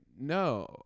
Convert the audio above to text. No